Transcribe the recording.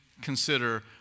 consider